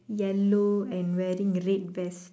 yellow and wearing red vest